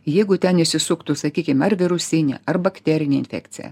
jeigu ten įsisuktų sakykim ar virusinė ar bakterinė infekcija